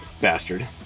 bastard